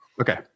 Okay